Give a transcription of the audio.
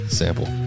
sample